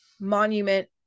monument